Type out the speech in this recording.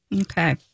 Okay